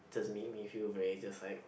just made me feel very just like